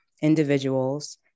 individuals